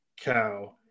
cow